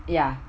ya